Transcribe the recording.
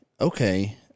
okay